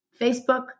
Facebook